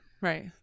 Right